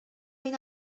این